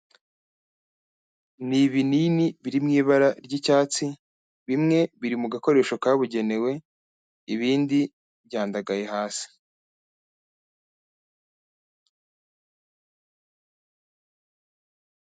Ni ibinini biri mu ibara ry'icyatsi bimwe biri mu gakoresho kabugenewe ibindi byandagaye hasi.